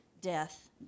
death